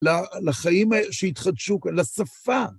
לחיים שהתחדשו כאן, לשפה.